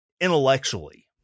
intellectually